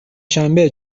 شنبه